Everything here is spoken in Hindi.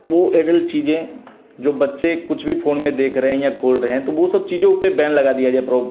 वो एडल्ट चीज़ें जो बच्चे कुछ भी फोन में देख रहें या खोल रहे हैं तो वो सब चीज़ों पे बैन लगा दिया जाए